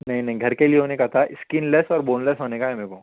نہیں نہیں گھر کے لیے ہونے کا تھا اسکن لیس اور بون لیس ہونے کا ہے میرے کو